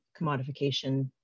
commodification